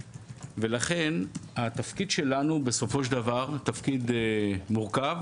לכן התפקיד שלנו בסופו של דבר הוא תפקיד מורכב,